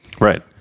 Right